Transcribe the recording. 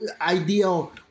ideal